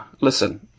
Listen